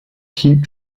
keep